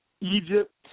Egypt